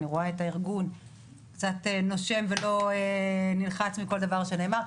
אני רואה את הארגון קצת נושם ולא נלחץ מכל דבר שנאמר.